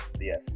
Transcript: yes